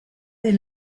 des